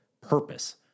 Purpose